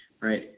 right